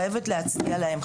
חייבת להצדיע להם.